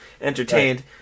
entertained